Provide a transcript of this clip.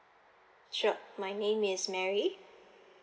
sure my name is mary